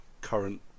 current